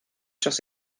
dros